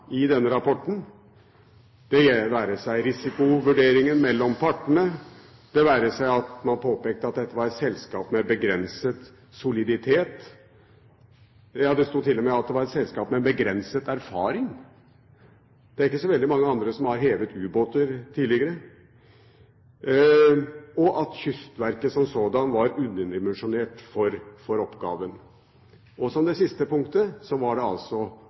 i denne rapporten, det være seg risikovurderingen mellom partene, det være seg at man påpekte at dette var et selskap med begrenset soliditet. Ja, det sto til og med at det var et selskap med begrenset erfaring. Det er ikke så veldig mange andre som har hevet ubåter tidligere. Og det sto at Kystverket som sådant var underdimensjonert for oppgaven. Det siste punktet var